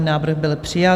Návrh byl přijat.